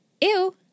ew